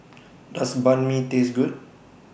Does Banh MI Taste Good